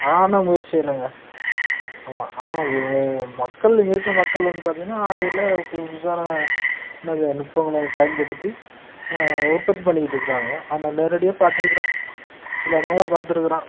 ஆனால் முயற்சி இல்லைங்க ஆமாம் ஆனால் மக்கள் இங்கே இருக்கற மக்கள் வந்து பார்த்திங்கன்னா ஆடை எல்லாம் புதுசு புதுசான என்னது நுட்பங்களை பயன்படுத்தி உற்பத்தி பண்ணிக்கிட்டு இருக்கிறாங்க அதை நான் நேரடியாக பார்த்துருக்குறேன் சில இடங்களில் பார்த்துருக்குறேன்